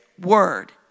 word